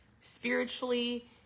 spiritually